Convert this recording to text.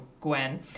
Gwen